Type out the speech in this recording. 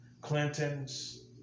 Clintons